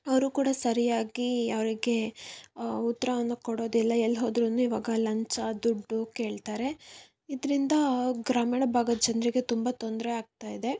ಅವರು ಕೂಡ ಸರಿಯಾಗಿ ಅವರಿಗೆ ಉತ್ತರವನ್ನ ಕೊಡೋದಿಲ್ಲ ಎಲ್ಲಿ ಹೋದ್ರೂ ಇವಾಗ ಲಂಚ ದುಡ್ಡು ಕೇಳ್ತಾರೆ ಇದರಿಂದ ಗ್ರಾಮೀಣ ಭಾಗದ ಜನರಿಗೆ ತುಂಬ ತೊಂದರೆ ಆಗ್ತಾ ಇದೆ